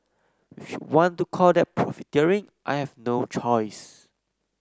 if you want to call that profiteering I have no choice